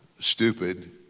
stupid